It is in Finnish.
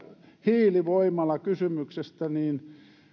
hiilivoimalakysymyksestä